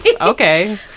okay